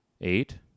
Eight